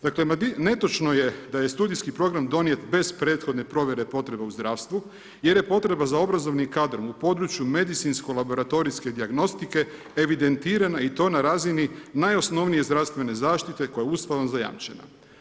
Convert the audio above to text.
Dakle, netočno je da je studijski program donijet bez prethodne provjere potrebe u zdravstvu jer je potreba za obrazovnim kadrom u području medicinsko-laboratorijske dijagnostike i ti na razni najosnovnije zdravstvene zaštite koja je Ustavom zajamčena.